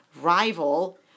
rival